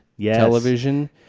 television